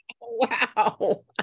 Wow